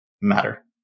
matter